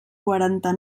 quaranta